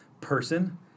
person